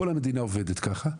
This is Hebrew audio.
כל המדינה עובדת ככה,